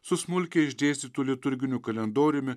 su smulkiai išdėstytu liturginiu kalendoriumi